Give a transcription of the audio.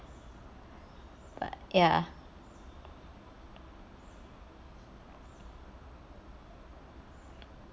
ya